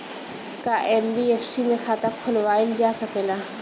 का एन.बी.एफ.सी में खाता खोलवाईल जा सकेला?